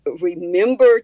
Remember